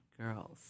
girls